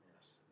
Yes